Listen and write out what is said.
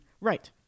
Right